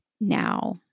now